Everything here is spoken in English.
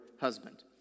husband